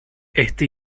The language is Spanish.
este